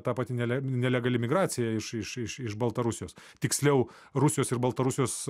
ta pati nele nelegali migracija iš iš iš baltarusijos tiksliau rusijos ir baltarusijos